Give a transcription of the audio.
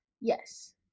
Yes